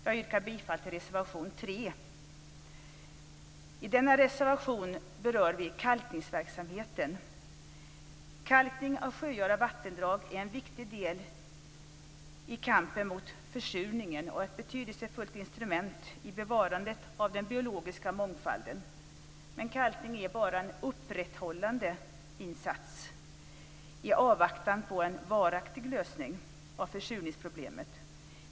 Jag yrkar bifall till reservation 3. I denna reservation berör vi kalkningsverksamheten. Kalkning av sjöar och vattendrag är en viktig del i kampen mot försurningen och ett betydelsefullt instrument i bevarandet av den biologiska mångfalden. Men kalkning är bara en upprätthållande insats i avvaktan på en varaktig lösning av försurningsproblemet.